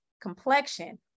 complexion